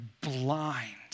blind